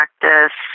practice